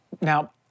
Now